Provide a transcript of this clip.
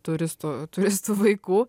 turistų turistų vaikų